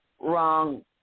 wrong